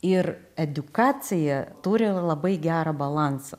ir edukacija turi labai gerą balansą